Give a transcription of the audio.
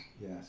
yes